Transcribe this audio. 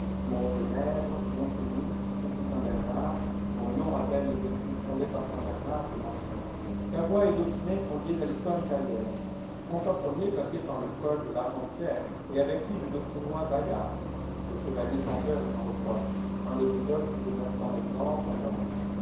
de menthon savoie et dauphiné sont liés à l'histoire italienne françois i passait par le col de largentière et avec lui le dauphinois bayard le chevalier sans peur et sans reproche un de ces hommes qui demeurent en exemple à l'homme